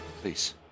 Please